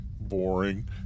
Boring